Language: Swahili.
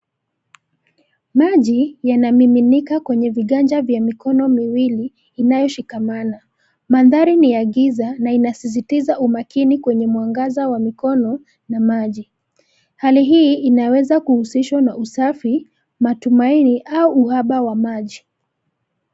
Maji, yanamiminika kwenye viganja vya mikono miwili, inayoshikamana. Mandhari ni ya giza, na inasisitiza umakini kwenye mwangaza wa mikono, na maji. Hali hii, inaweza kuhusishwa na usafi, matumaini, au uhaba wa maji.